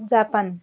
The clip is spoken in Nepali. जापान